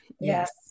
Yes